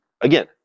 again